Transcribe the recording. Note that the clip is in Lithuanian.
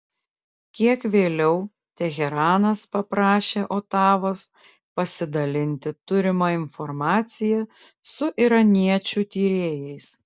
kiek vėliau teheranas paprašė otavos pasidalinti turima informacija su iraniečių tyrėjais